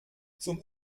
zum